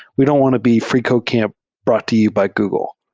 we don't want to be freecodecamp brought to you by google.